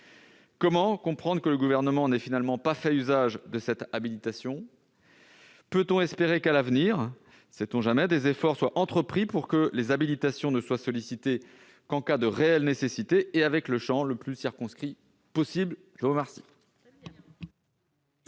comment comprendre que le gouvernement n'est finalement pas fait usage de cette habilitation. Peut-on espérer qu'à l'avenir, sait-on jamais, des efforts soient entrepris pour que les habilitations ne soit sollicitée qu'en cas de réelle nécessitée et avec le chant le plus circonscrit possible, je vous remercie.